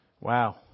Wow